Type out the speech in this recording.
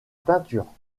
peinture